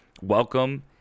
welcome